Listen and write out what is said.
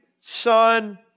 son